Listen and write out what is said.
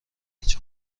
هیچ